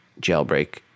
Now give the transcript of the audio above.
jailbreak